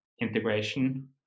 integration